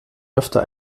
öfter